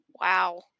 Wow